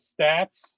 stats